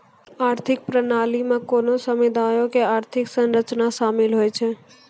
आर्थिक प्रणाली मे कोनो समुदायो के आर्थिक संरचना शामिल होय छै